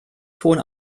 ton